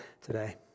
today